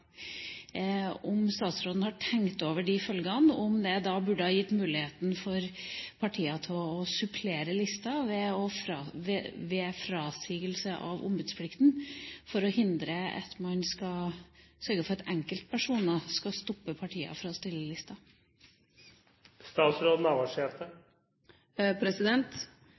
om det da burde ha gitt partier muligheten til å supplere lister ved frasigelse av ombudsplikten for å hindre at enkeltpersoner skal stoppe partier i å stille